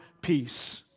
peace